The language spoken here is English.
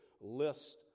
list